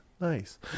Nice